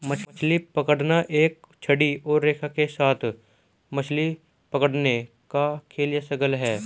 मछली पकड़ना एक छड़ी और रेखा के साथ मछली पकड़ने का खेल या शगल है